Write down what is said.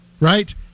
right